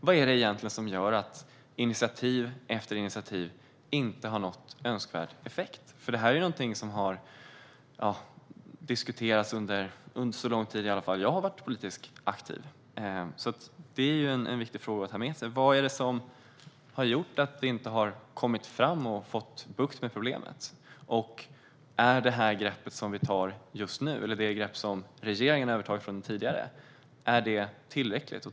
Vad är det egentligen som gör att initiativ efter initiativ inte har nått önskvärd effekt? Detta har diskuterats i varje fall under så lång som jag har varit politiskt aktiv. Det är en viktig fråga att ta med sig. Vad är det som har gjort att man inte har fått bukt med problemet? Är det grepp som vi tar nu eller det grepp som regeringen övertagit från tidigare regeringar tillräckligt?